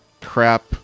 crap